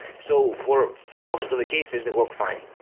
so for most of the cases, they work fine,